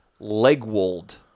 Legwold